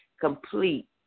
complete